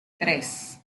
tres